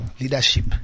leadership